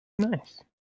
Nice